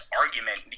argument